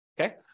okay